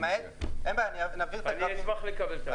למעט --- אשמח לקבל את הנתון הזה.